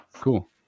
Cool